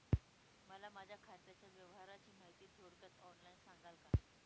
मला माझ्या खात्याच्या व्यवहाराची माहिती थोडक्यात ऑनलाईन सांगाल का?